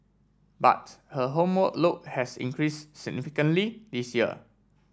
but her homework load has increase significantly this year